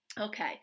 Okay